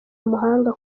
umuhanga